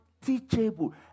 Teachable